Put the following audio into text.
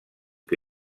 que